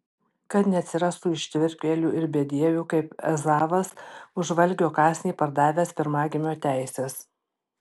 kad neatsirastų ištvirkėlių ir bedievių kaip ezavas už valgio kąsnį pardavęs pirmagimio teises